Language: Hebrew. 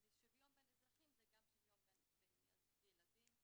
שוויון בין אזרחים זה גם שוויון בין ילדים.